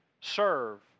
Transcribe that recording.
serve